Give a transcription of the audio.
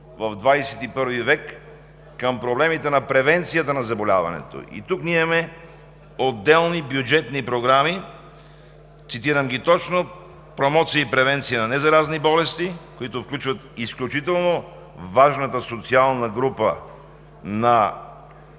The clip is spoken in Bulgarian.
в ХХI век към проблемите на превенцията на заболяването. Тук ние имаме отделни бюджетни програми, цитирам ги точно: „Промоция и превенция на незаразни болести“, които включват изключително важната социална група на